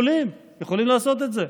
יכולים לעשות את זה.